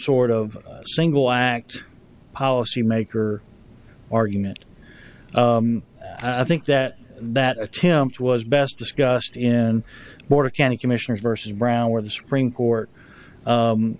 sort of single act policymaker argument i think that that attempt was best discussed in more county commissioners versus brown where the supreme court